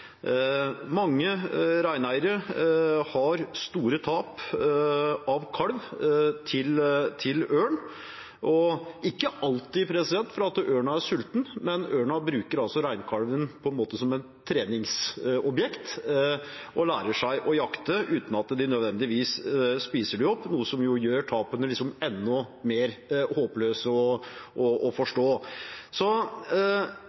Mange reineiere har store tap av kalv til ørn, og ikke alltid fordi ørnen er sulten, men fordi den bruker reinkalven som et treningsobjekt når den lærer seg å jakte, uten at den nødvendigvis spiser den opp, noe som gjør tapene enda mer håpløse å forstå. Hva vil statsråden helt konkret gjøre for at tap